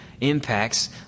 impacts